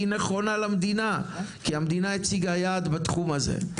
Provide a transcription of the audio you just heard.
היא נכונה למדינה, כי המדינה הציגה יעד בתחום הזה.